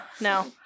No